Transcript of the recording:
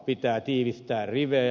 pitää tiivistää rivejä